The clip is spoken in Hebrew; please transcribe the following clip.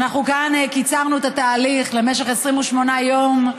כאן קיצרנו את התהליך למשך 28 יום,